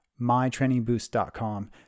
mytrainingboost.com